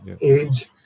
age